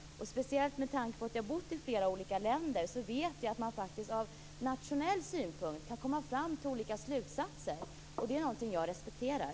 Speciellt med tanke på att jag har bott i flera olika länder så vet jag att man faktiskt från nationell synpunkt kan komma fram till olika slutsatser, och det är någonting jag respekterar.